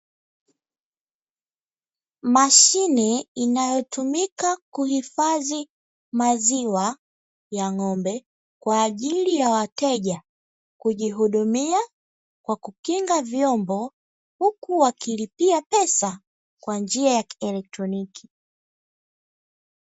Mashine inayotumika kuhifadhi maziwa ya ng'ombe, kwa ajili ya wateja kujihudumia kwa kukinga vyombo huku wakilipia pesa kwa njia ya kielektroniki.